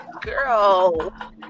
girl